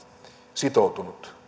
sitoutunut